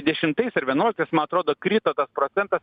dešimtais ar vienuoliktais man atrodo krito tas procentas